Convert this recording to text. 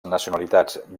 nacionalitats